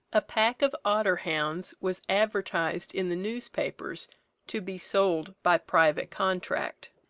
a pack of otter-hounds was advertised in the newspapers to be sold by private contract.